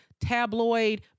tabloid